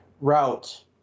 route